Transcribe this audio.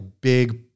big